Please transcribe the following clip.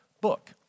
book